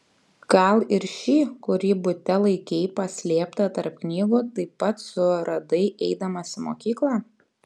gal ir šį kurį bute laikei paslėptą tarp knygų taip pat suradai eidamas į mokyklą